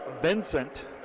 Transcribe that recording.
Vincent